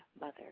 mother